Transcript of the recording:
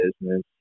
business